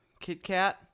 kitkat